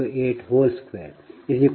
4145